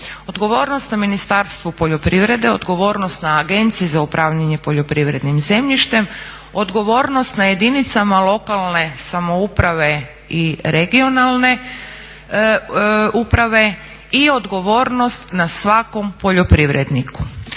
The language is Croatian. Odgovornost na Ministarstvu poljoprivrede, odgovornost na Agenciji za upravljanje poljoprivrednim zemljištem, odgovornost na jedinicama lokalne samouprave i regionalne uprave i odgovornost na svakom poljoprivredniku.